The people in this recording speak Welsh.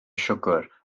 siwgr